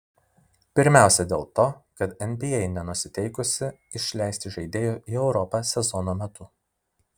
pirmiausia dėl to kad nba nenusiteikusi išleisti žaidėjų į europą sezono metu